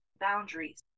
boundaries